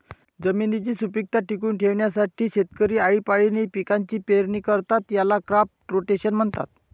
जमिनीची सुपीकता टिकवून ठेवण्यासाठी शेतकरी आळीपाळीने पिकांची पेरणी करतात, याला क्रॉप रोटेशन म्हणतात